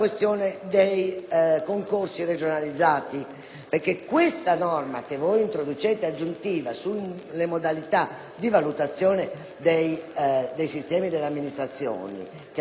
La norma che introducete, infatti, relativa alle modalità di valutazione dei sistemi dell'amministrazione, che è quella del *benchmarking*, cioè delle valutazioni territoriali,